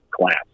class